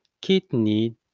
kidney